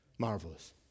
Marvelous